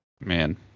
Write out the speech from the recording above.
man